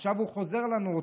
עכשיו הוא חוזר לנו,